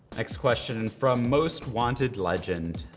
next question and from mostwantedlegend,